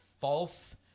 false